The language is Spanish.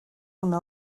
una